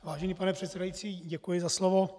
Vážený pane předsedající, děkuji za slovo.